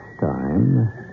time